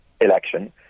election